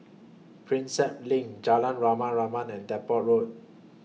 Prinsep LINK Jalan Rama Rama and Depot Road